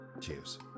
cheers